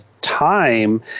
time